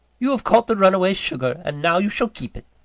you have caught the runaway sugar, and now you shall keep it!